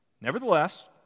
Nevertheless